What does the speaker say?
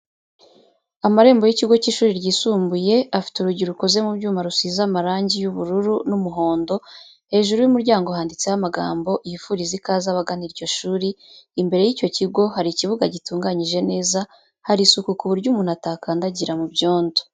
Amarembo y'ikigo cy'ishuri ryisumbuye afite urugi rukoze mu byuma rusize marangi y'ubururu n'umuhondo, hejuru y'umuryango handitseho amagambo yifuriza ikaze abagana iryo shuri, imbere y'icyo kigo hari ikibuga gitunganyije neza hari isuku ku buryo umuntu atakandagira mu byondo.